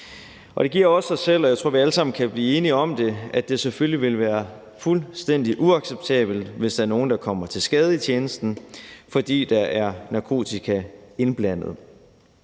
Det giver også sig selv, og jeg tror, vi alle sammen kan blive enige om det, at det selvfølgelig ville være fuldstændig uacceptabelt, hvis der er nogen, der kommer til skade i tjenesten, fordi der er narkotika indblandet,